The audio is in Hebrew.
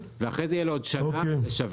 ואחרי זה יהיה לו עוד שנה לשווק.